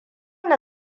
na